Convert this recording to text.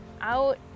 out